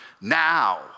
Now